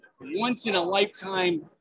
once-in-a-lifetime